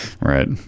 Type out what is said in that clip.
Right